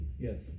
Yes